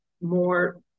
more